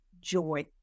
joy